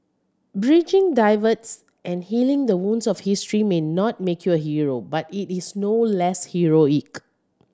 bridging divides and healing the wounds of history may not make you a hero but it is no less heroic